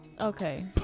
Okay